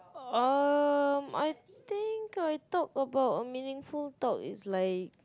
um I think I talk about a meaningful talk is like